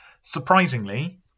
surprisingly